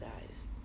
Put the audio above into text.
guys